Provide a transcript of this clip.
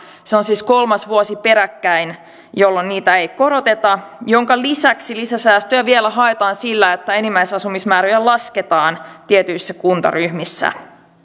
se on siis kolmas vuosi peräkkäin jolloin niitä ei koroteta minkä lisäksi lisäsäästöjä vielä haetaan sillä että enimmäisasumismääriä lasketaan tietyissä kuntaryhmissä